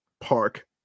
Park